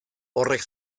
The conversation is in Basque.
horrek